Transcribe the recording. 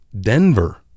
Denver